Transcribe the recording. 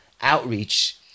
outreach